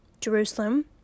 Jerusalem